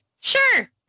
sure